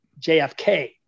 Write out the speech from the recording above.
jfk